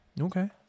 okay